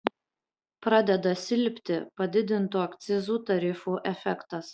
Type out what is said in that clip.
pradeda silpti padidintų akcizų tarifų efektas